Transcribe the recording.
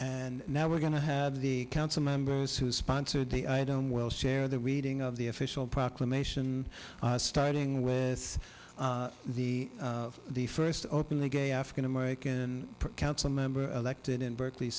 and now we're going to have the council members who sponsored the item will share the reading of the official proclamation starting with the the first openly gay african american council member of act in berkeley